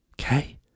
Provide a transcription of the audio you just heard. Okay